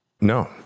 No